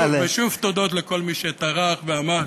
ושוב תודות לכל מי שטרח ועמל,